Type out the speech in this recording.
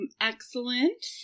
excellent